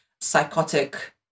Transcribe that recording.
psychotic